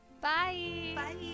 Bye